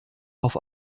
auf